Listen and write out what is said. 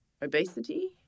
obesity